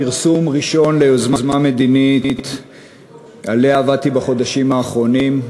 פרסום ראשון של יוזמה מדינית שעליה עבדתי בחודשים האחרונים,